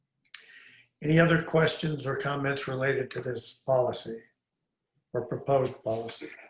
any other questions or comments related to this policy or proposed policy?